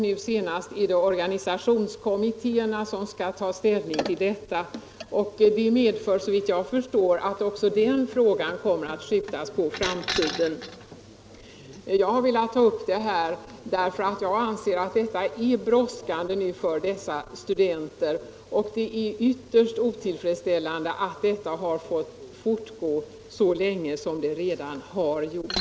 Nu senast är det organisationskommittéerna som skall ta ställning till detta. Det medför såvitt jag förstår att också den frågan kommer att skjutas på framtiden. Jag har tagit upp denna fråga därför att jag anser att det är brådskande att dessa studenter får studiemedel. Det är ytterst otillfredsställande att detta har fått fortgå så länge som det redan gjort.